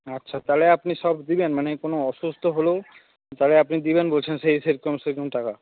আচ্ছা তাহলে আপনি সব দেবেন মানে কোনো অসুস্থ হলেও যা যা আপনি দেবেন বলছেন সেই সেই সেরকম টাকা